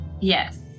Yes